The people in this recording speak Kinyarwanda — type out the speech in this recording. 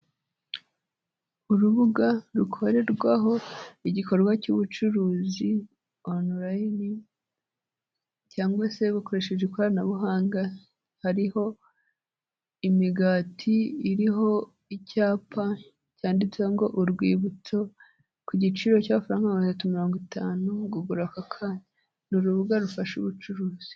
Urubuga rukorerwaho igikorwa cy'ubucuruzi onulayini cyangwa se bukoresheje ikoranabuhanga, hariho imigati iriho icyapa cyanditsemo ngo urwibutso ku giciro cy'amafaranga magana atatu mirongo itanu ngo ugura aka kantu, ni urubuga rufasha ubucuruzi.